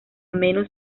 menos